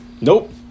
Nope